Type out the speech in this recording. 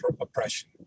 oppression